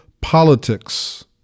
politics